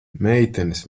meitenes